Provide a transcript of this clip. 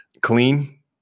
clean